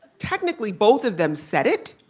technically, both of them said it.